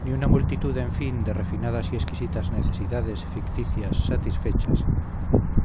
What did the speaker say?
ni una multitud en fin de refinadas y exquisitas necesidades ficticias satisfechas